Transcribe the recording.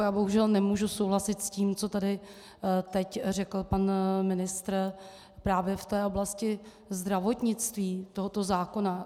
Já bohužel nemůžu souhlasit s tím, co tady teď řekl pan ministr právě v té oblasti zdravotnictví tohoto zákona.